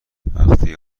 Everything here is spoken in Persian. وقتی